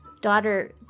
daughter